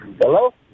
Hello